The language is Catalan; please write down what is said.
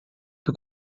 que